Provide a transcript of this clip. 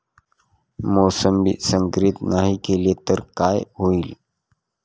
मोसंबी संकरित नाही केली तर काय होईल?